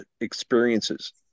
experiences